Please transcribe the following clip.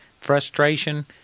frustration